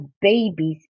babies